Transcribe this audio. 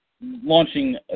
launching